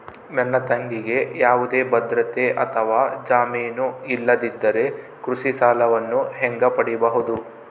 ನನ್ನ ತಂಗಿಗೆ ಯಾವುದೇ ಭದ್ರತೆ ಅಥವಾ ಜಾಮೇನು ಇಲ್ಲದಿದ್ದರೆ ಕೃಷಿ ಸಾಲವನ್ನು ಹೆಂಗ ಪಡಿಬಹುದು?